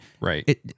right